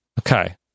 Okay